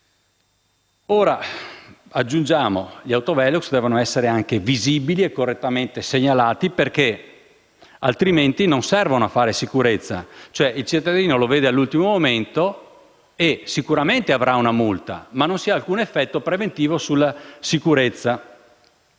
Aggiungiamo che gli autovelox devono essere anche visibili e correttamente segnalati, altrimenti non servono a fare sicurezza. Il cittadino che vede un dispositivo all'ultimo momento sicuramente avrà una multa, ma non si avrà alcun effetto preventivo sulla sicurezza,